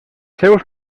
seus